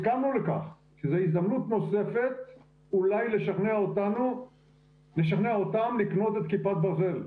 הסכמנו לכך שזו הזדמנות נוספת אולי לשכנע אותם לקנות את כיפת ברזל,